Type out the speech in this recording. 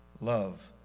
love